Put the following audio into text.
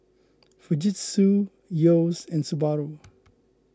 Fujitsu Yeo's and Subaru